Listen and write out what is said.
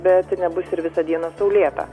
bet nebus ir visą dieną saulėta